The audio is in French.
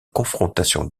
confrontations